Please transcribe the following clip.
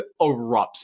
erupts